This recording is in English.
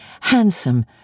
handsome